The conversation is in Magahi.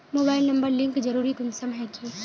मोबाईल नंबर लिंक जरुरी कुंसम है की?